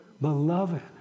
beloved